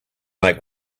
make